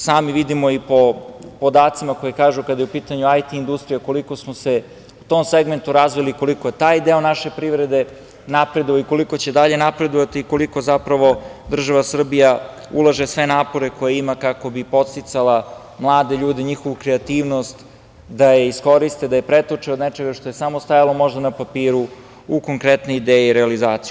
Sami vidimo i po podacima koji kažu, kada je u pitanju IT industrija, koliko smo se u tom segmentu razvili, koliko je taj deo naše privrede napreduje i koliko će dalje napredovati i koliko zapravo država Srbija ulaže sve napore koje ima kako bi podsticala mlade ljude, njihovu kreativnost da je iskoriste, da je pretoče od nečega što je samo stajalo možda na papiru, u konkretne ideje i realizaciju.